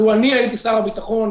לו אני הייתי שר הביטחון,